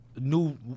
new